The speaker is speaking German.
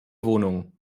wohnung